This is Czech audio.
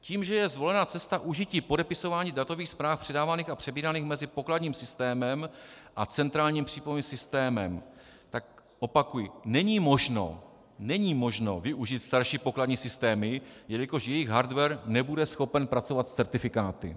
Tím, že je zvolena cesta k užití podepisování datových zpráv předávaných a přebíraných mezi pokladním systémem a centrálním přípojným systémem, tak opakuji není možno, není možno využít starší pokladní systémy, jelikož jejich hardware nebude schopen pracovat s certifikáty.